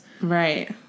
Right